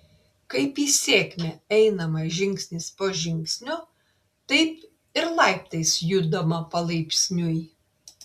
kaip į sėkmę einama žingsnis po žingsnio taip ir laiptais judama palaipsniui